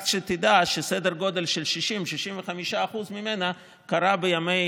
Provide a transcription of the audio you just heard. רק שתדע שסדר גודל של 60% 65% ממנה קרה בימי